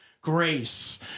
grace